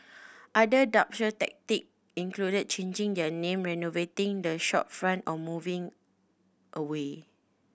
other dubious tactic included changing their name renovating the shopfront or moving away